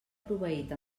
proveït